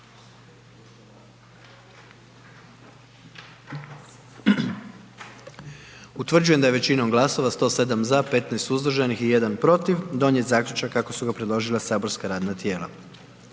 Utvrđujem da je većinom glasova 97 za, 19 suzdržanih donijet zaključak kako je predložilo matično saborsko radno tijelo.